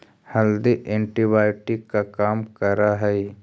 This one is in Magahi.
हल्दी एंटीबायोटिक का काम करअ हई